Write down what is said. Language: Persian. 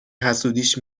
حسودیش